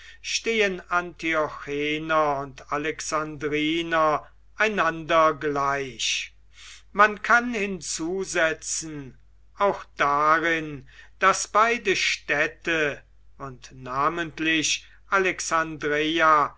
stehen antiochener und alexandriner einander gleich man kann hinzusetzen auch darin daß beide städte und namentlich alexandreia